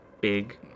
big